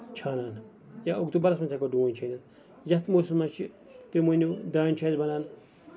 چھانان یا اوٚکتوٗبرَس منٛز تہِ ہیٚکو ڈوٗنۍ چھٲنِتھ یَتھ موسمَس منٛز چھِ تُہۍ مٲنِو دانہِ چھُ اَسہِ بَنان